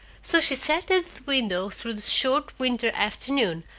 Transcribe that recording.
so she sat at the window through the short winter afternoon,